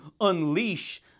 unleash